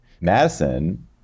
Madison